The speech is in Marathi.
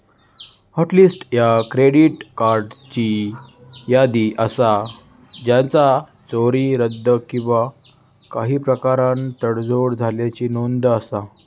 हॉट लिस्ट ह्या क्रेडिट कार्ड्सची यादी असा ज्याचा चोरी, रद्द किंवा काही प्रकारान तडजोड झाल्याची नोंद असा